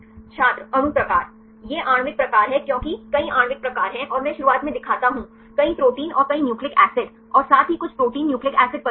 छात्र अणु प्रकार ये आणविक प्रकार हैं क्योंकि कई आणविक प्रकार हैं और मैं शुरुआत में दिखाता हूं कई प्रोटीन और कई न्यूक्लिक एसिड और साथ ही कुछ प्रोटीन न्यूक्लिक एसिड परिसरों हैं